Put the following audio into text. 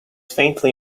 faintly